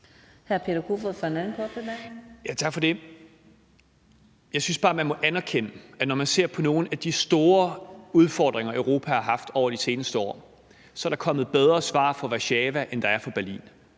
Peter Kofod (DF): Tak for det. Jeg synes bare, man må anerkende, at når man ser på nogle af de store udfordringer, Europa har haft over de seneste år, er der kommet bedre svar fra Warszawa, end der er fra Berlin.